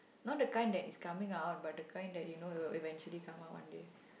not the kind that is coming out but the kind that you know it will eventually come out one day